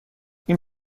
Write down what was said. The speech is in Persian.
این